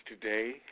today